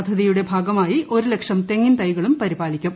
പദ്ധതിയുടെ ഭാഗമായി ഒരു ലക്ഷം തെങ്ങിൻ തൈകളും പരിപാലിക്കും